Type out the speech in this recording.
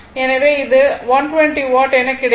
எனவே இது 120 வாட் எனக் கிடைக்கும்